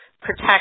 protect